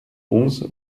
onze